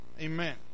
amen